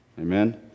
amen